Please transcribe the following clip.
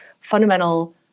fundamental